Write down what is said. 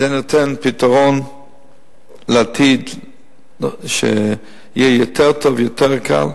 נותנים פתרון לעתיד שיהיה יותר טוב, יותר קל.